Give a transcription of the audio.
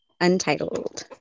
Untitled